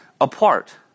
apart